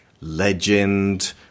Legend